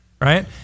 right